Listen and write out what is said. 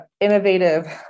innovative